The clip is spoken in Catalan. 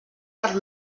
per